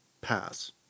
pass